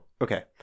Okay